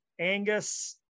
Angus